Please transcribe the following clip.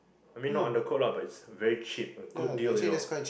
I mean not under quote lah but it's very cheap a good deal you know